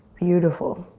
beautiful,